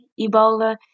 Ebola